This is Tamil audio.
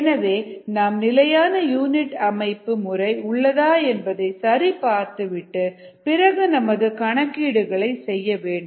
எனவே நாம் நிலையான யூனிட் அமைப்பு முறை உள்ளதா என்பதை சரி பார்த்து விட்டு பிறகு நமது கணக்கீடுகளை செய்ய வேண்டும்